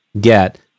get